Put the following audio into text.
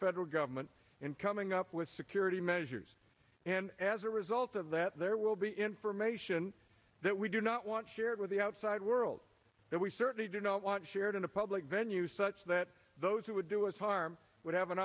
federal government in coming up with security measures and as a result of that there will be information that we do not want shared with the outside world that we certainly do not want shared in a public venue such that those who would do us harm would have an